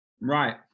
Right